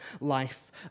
life